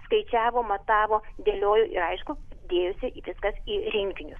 skaičiavo matavo dėliojo ir aišku dėjosi viskas į rinkinius